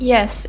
Yes